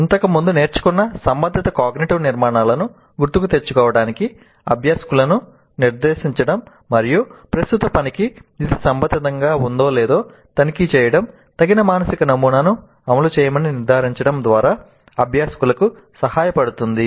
ఇంతకుముందు నేర్చుకున్న సంబంధిత కాగ్నిటివ్ నిర్మాణాలను గుర్తుకు తెచ్చుకోవటానికి అభ్యాసకులను నిర్దేశించడం మరియు ప్రస్తుత పనికి ఇది సంబంధితంగా ఉందో లేదో తనిఖీ చేయడం తగిన మానసిక నమూనాను అమలు చేయమని నిర్ధారించడం ద్వారా అభ్యాసకులకు సహాయపడుతుంది